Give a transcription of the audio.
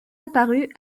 apparue